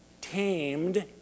tamed